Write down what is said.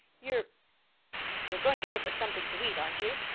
you're you're going to give her something to eat, aren't you?